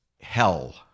hell